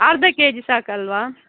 ಅರ್ಧ K G ಸಾಕಲ್ವ